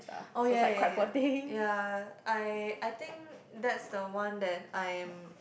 oh ya ya ya ya ya I I think that's the one that I'm